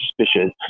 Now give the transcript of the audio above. suspicious